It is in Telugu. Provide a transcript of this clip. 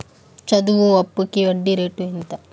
చదువు అప్పుకి వడ్డీ రేటు ఎంత?